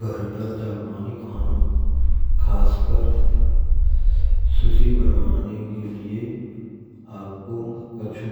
Ghar par jaapaanee khaano khaas soophee banaane ke lie apko kchu